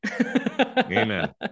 Amen